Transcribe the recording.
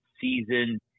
season